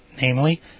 Namely